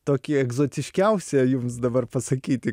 tokį egzotiškiausią jums dabar pasakyti